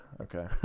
okay